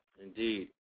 Indeed